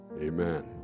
Amen